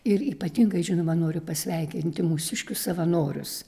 ir ypatingai žinoma noriu pasveikinti mūsiškius savanorius